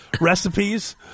recipes